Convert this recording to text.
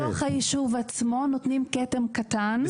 בתוך הישוב עצמו נותנים כתם קטן.